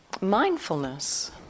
mindfulness